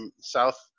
South